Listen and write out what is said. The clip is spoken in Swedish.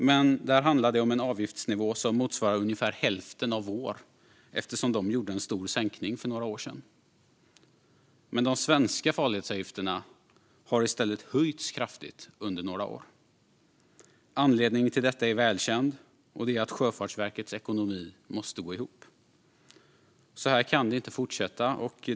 Men där handlar det om en avgiftsnivå som motsvarar ungefär hälften av vår eftersom de gjorde en stor sänkning för några år sedan. De svenska farledsavgifterna har i stället höjts kraftigt under några år. Anledningen till detta är välkänd; Sjöfartsverkets ekonomi måste gå ihop. Så kan det inte fortsätta.